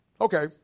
Okay